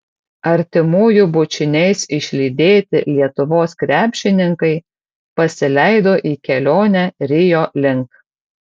artimųjų bučiniais išlydėti lietuvos krepšininkai pasileido į kelionę rio link